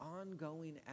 ongoing